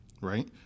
right